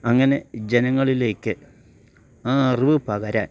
അങ്ങനെ ജനങ്ങളിലേക്ക് ആ അറിവ് പകരാൻ